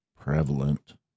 prevalent